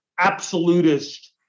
absolutist